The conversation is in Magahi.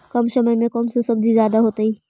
कम समय में कौन से सब्जी ज्यादा होतेई?